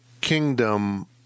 kingdom